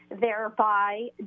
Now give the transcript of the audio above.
thereby